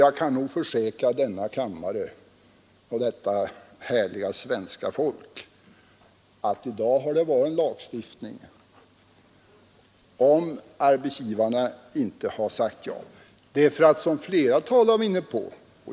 Jag kan försäkra denna kammare och detta härliga svenska folk, att vi hade haft en lagstiftning i dag, om arbetsgivarna inte hade sagt ja. Detta har flera tidigare talare varit inne på.